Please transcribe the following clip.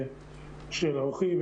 של האורחים,